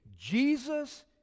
jesus